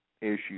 issues